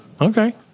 okay